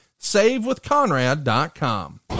savewithconrad.com